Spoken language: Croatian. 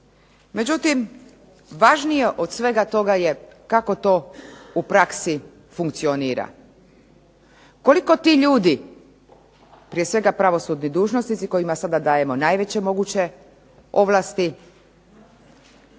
Međutim, važnije od svega toga je kako to u praksi funkcionira. Koliko ti ljudi, prije svega pravosudni dužnosnici kojima sada dajemo najveće moguće ovlasti,